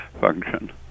function